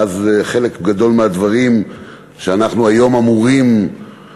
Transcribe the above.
ואז חלק גדול מהדברים שהיום הממשלה,